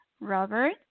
Robert